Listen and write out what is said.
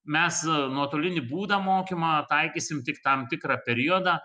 mes nuotolinį būdą mokymą taikysim tik tam tikrą periodą